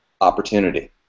opportunity